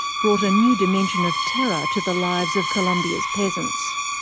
brought a new dimension of terror to the lives of colombia's peasants.